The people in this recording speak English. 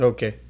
Okay